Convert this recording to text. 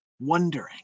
wondering